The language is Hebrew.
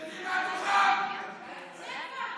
וואי,